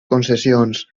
concessions